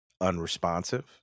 unresponsive